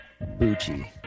Bucci